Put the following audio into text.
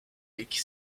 lake